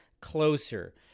closer